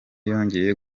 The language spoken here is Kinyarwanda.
yongeye